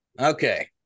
Okay